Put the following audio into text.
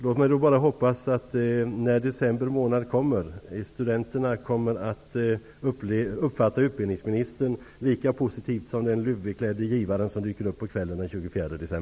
Låt mig bara hoppas att studenterna i december månad kommer att uppfatta utbildningsministern lika positivt som den luvbeklädde givaren som dyker upp på kvällen den